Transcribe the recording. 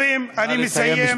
נא לסיים.